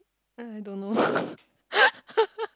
uh I don't know